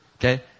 Okay